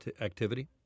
activity